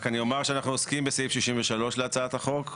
אני רק אומר שאנחנו עוסקים בסעיף 63 להצעת החוק,